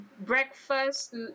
breakfast